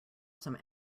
some